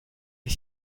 est